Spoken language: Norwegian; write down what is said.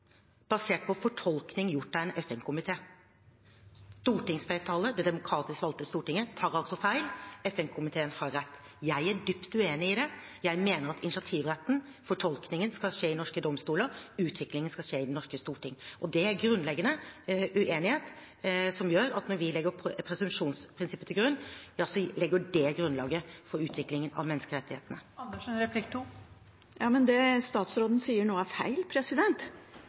basert på fortolkning gjort av en FN-komité – stortingsflertallet, det demokratisk valgte Stortinget, tar altså feil, FN-komiteen har rett. Jeg er dypt uenig i det. Jeg mener at initiativretten, fortolkningen, skal skje i norske domstoler, utviklingen skal skje i det norske storting. Det er en grunnleggende uenighet som gjør at når vi legger presumsjonsprinsippet til grunn, legger det grunnlaget for utviklingen av menneskerettighetene. Ja, men det statsråden sier nå, er feil.